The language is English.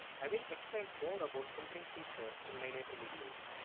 i will explain more about filtering feature in my later videos.